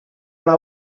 una